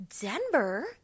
Denver